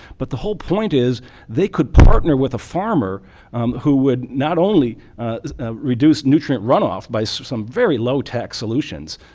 but the whole point is they could partner with a farmer who would not only reduce nutrient runoff by so some very low tech solutions,